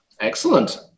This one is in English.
Excellent